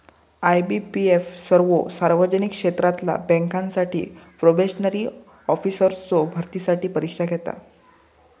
IBPS सर्वो सार्वजनिक क्षेत्रातला बँकांसाठी प्रोबेशनरी ऑफिसर्सचो भरतीसाठी परीक्षा घेता